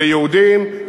ליהודים,